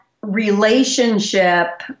relationship